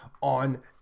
on